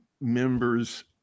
members